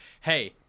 hey